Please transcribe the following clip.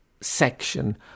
section